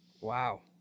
wow